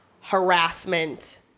harassment